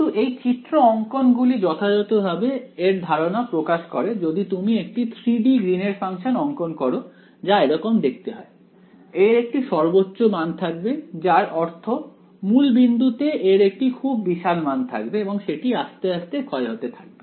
কিন্তু এই চিত্র অংকন গুলি যথাযথভাবে এর ধারণা প্রকাশ করে যদি তুমি একটি 3 D গ্রিনের ফাংশন অঙ্কন করো যা এরকম দেখতে হয় এর একটি সর্বোচ্চ মান থাকবে যার অর্থ মূল বিন্দুতে এর একটি খুবই বিশাল মান থাকবে এবং সেটি আস্তে আস্তে ক্ষয় হতে থাকবে